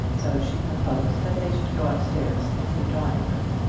so she proposed that they should go up-stairs into the drawing-room.